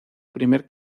primer